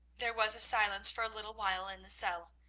there was a silence for a little while in the cell.